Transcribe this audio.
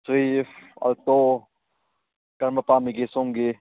swift Alto ꯀꯔꯝꯕ ꯄꯥꯝꯕꯤꯒꯦ ꯁꯣꯝꯒꯤ